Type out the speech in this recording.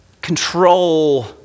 control